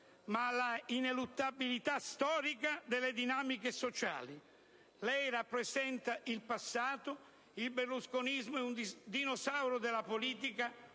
ma la ineluttabilità storica delle dinamiche sociali. Lei rappresenta il passato; il berlusconismo è un dinosauro della politica